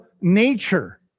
nature